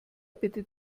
bitte